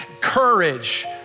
courage